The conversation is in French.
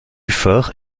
fort